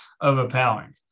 overpowering